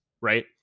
right